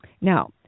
Now